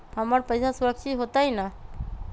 हमर पईसा सुरक्षित होतई न?